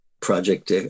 Project